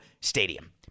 stadium